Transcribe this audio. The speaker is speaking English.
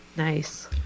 Nice